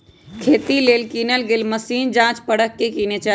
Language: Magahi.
खेती लेल किनल गेल मशीन जाच परख के किने चाहि